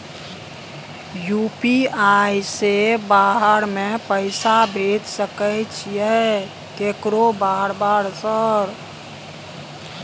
UPI से बाहर में पैसा भेज सकय छीयै केकरो बार बार सर?